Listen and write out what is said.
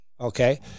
Okay